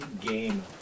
Game